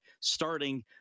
starting